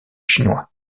chinois